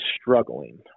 struggling